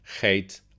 hate